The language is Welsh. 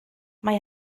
mae